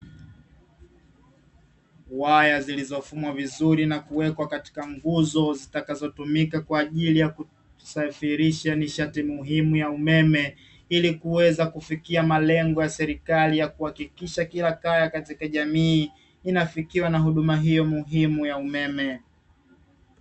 Waya zilizofumwa vizuri na kuwekwa katika nguzo, zitakazotumika kwa ajili ya kusafirisha nishati muhimu ya umeme, ili kuweza kufikia malengo ya serikali, ya kuhakikisha kila kaya katika jamii inafikiwa na huduma hiyo muhimu ya umeme.